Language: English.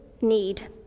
need